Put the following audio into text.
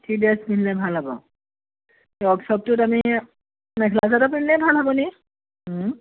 কি ড্ৰেচ পিন্ধিলে ভাল হ'ব ৱৰ্কশ্বপটোত আমি মেখেলা চাদৰ পিন্ধিলেই ভাল হ'বনি